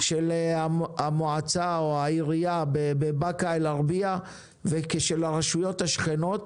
במועצה של עיריית באקה אל גרבייה ושל הרשויות השכנות,